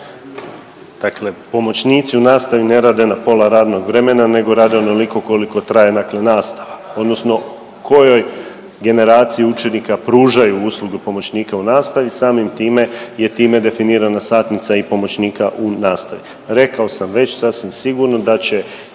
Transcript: Dakle, pomoćnici u nastavi ne rade na pola radnog vremena, nego rade onoliko koliko traje nastava odnosno kojoj generaciji učenika pružaju uslugu pomoćnika u nastavi samim time je time definirana satnica i pomoćnika u nastavi. Rekao sam već sasvim sigurno da će